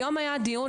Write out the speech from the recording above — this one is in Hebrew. היום היה דיון,